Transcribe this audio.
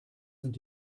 sind